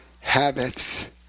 habits